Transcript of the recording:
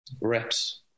Reps